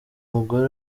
mugore